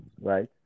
right